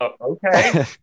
Okay